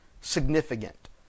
significant